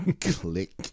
Click